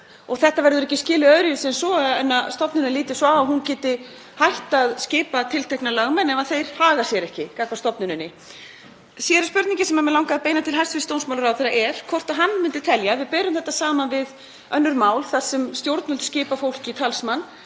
Þetta verður ekki skilið öðruvísi en svo að stofnunin líti svo á að hún geti hætt að skipa tiltekna lögmenn ef þeir haga sér ekki gagnvart stofnuninni. Síðari spurningin sem mig langaði að beina til hæstv. dómsmálaráðherra er hvort hann myndi telja — ef við berum þetta saman við önnur mál þar sem stjórnvöld skipa fólki talsmann